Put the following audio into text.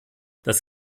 das